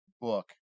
book